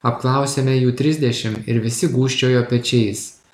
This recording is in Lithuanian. apklausėme jų trisdešim ir visi gūžčiojo pečiais